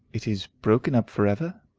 it is broken up for ever?